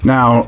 Now